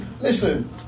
Listen